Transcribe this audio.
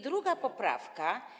Druga poprawka.